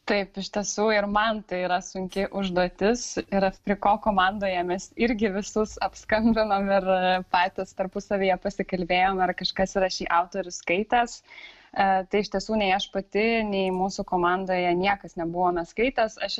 taip iš tiesų ir man tai yra sunki užduotis yra atpriko komandoje mes irgi visus apskambinom ir patys tarpusavyje pasikalbėjom ar kažkas yra šį autorių skaitęs tai iš tiesų nei aš pati nei mūsų komandoje niekas nebuvom skaitęs aš